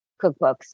cookbooks